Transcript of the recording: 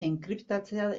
enkriptatzea